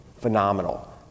phenomenal